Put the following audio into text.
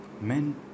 men